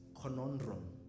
conundrum